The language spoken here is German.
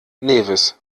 nevis